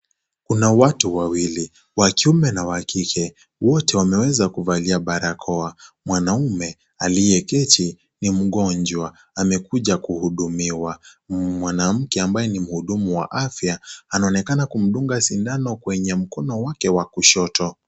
Kuna watu wawili, wa kiume na wa kike. Wote wameweza kuvalia barakoa. Mwanamme aliyeketi ni mgonjwa, amekuja kuhudumiwa. Mwanamke ambaye ni muhimu wa afya anaonekana kumdunga sindano kwenye mkono wake wa kushoto.